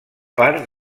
part